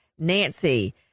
Nancy